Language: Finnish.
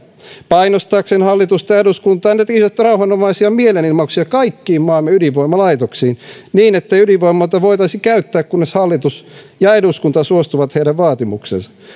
painostaakseen hallitusta ja eduskuntaa ne tekisivät rauhanomaisia mielenilmauksia kaikkiin maamme ydinvoimalaitoksiin niin ettei ydinvoimaloita voitaisi käyttää kunnes hallitus ja eduskunta suostuvat heidän vaatimukseensa